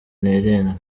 n’irindwi